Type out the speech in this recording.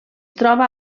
troba